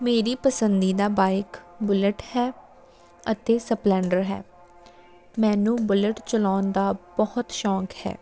ਮੇਰੀ ਪਸੰਦੀਦਾ bike Bullet ਹੈ ਅਤੇ ਸਪਲੈਂਡਰ ਹੈ ਮੈਨੂੰ ਬੁਲਟ ਚਲਾਉਣ ਦਾ ਬਹੁਤ ਸ਼ੌਂਕ ਹੈ